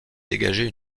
dégager